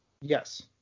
yes